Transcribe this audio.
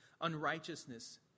unrighteousness